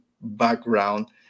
background